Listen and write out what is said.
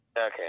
Okay